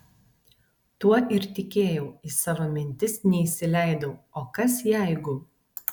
tuo ir tikėjau į savo mintis neįsileidau o kas jeigu